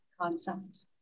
concept